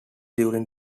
during